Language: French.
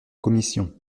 commission